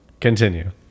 Continue